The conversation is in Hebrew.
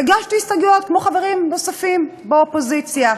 הגשתי הסתייגויות, כמו חברים נוספים באופוזיציה.